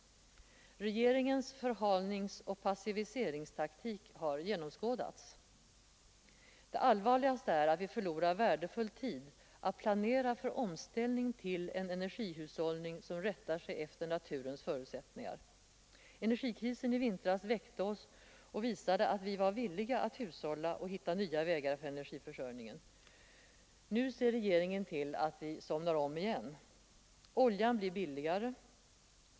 Regeringens förhalningsoch passiviseringstaktik har genomskådats. Det allvarligaste är att vi förlorar värdefull tid att planera för omställning till en energihushållning som rättar sig efter naturens förutsättningar. Energikrisen i vintras väckte oss och visade att vi var villiga att hushålla och hitta på nya vägar för vår energiförsörjning. Nu ser regeringen till att vi somnar om igen. Oljan blir billigare.